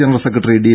general secretary D